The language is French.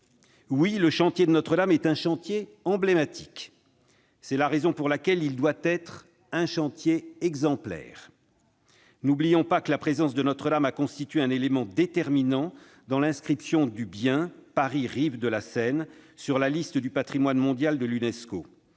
Oui, le chantier de Notre-Dame est un chantier emblématique. C'est la raison pour laquelle il doit être un chantier exemplaire. N'oublions pas que la présence de Notre-Dame a constitué un élément déterminant dans l'inscription du bien « Paris, rives de la Seine » sur la liste du patrimoine mondial de l'Unesco,